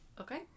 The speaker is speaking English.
Okay